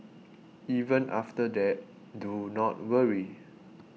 even after that do not worry